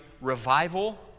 revival